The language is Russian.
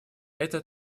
это